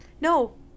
No